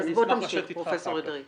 אשמח לשבת איתך אחר כך.